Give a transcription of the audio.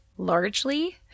largely